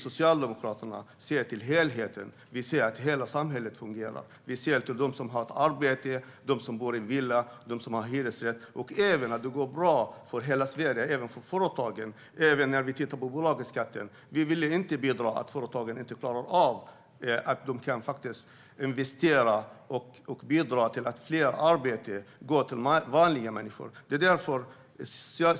Socialdemokraterna ser till helheten, till att hela samhället fungerar. Vi ser till dem som har arbete, dem som bor i villa och dem som har en hyresrätt. Vi ser även till att det ska gå bra för hela Sverige, även företagen. När det gäller bolagsskatten vill vi inte bidra till att företagen inte klarar av att investera och därmed inte kan bidra till att fler arbeten går till vanliga människor.